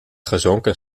gezonken